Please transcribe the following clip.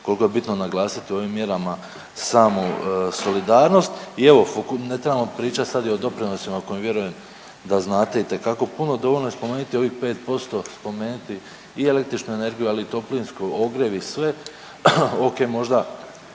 koliko je bitno naglasiti ovim mjerama samu solidarnost. I evo ne trebamo priča sad i o doprinosima o kojim vjerujem da znate itekako puno, dovoljno je spomenuti ovih 5%, spomenuti i električnu energiju, ali i toplinsku, ogrjev i sve.